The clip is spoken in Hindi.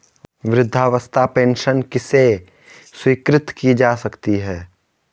वृद्धावस्था पेंशन किसे स्वीकृत की जा सकती है?